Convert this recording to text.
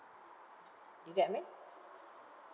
you get what I mean